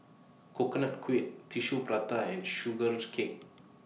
Coconut Kuih Tissue Prata and Sugar Cake